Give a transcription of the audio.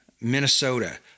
Minnesota